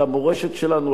על המורשת שלנו,